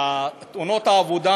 תאונות העבודה